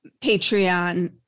Patreon